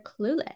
clueless